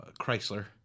Chrysler